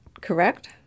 correct